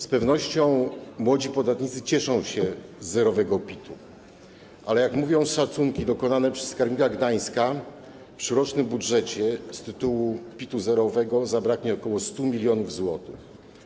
Z pewnością młodzi podatnicy cieszą się z zerowego PIT-u, ale jak mówią szacunki dokonane przez skarbnika Gdańska, przy rocznym budżecie z tytułu PIT-u zerowego zabraknie ok. 100 mln zł.